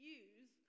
use